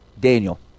Daniel